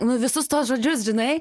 nu visus tuos žodžius žinai